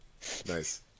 Nice